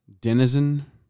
denizen